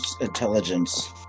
intelligence